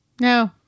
No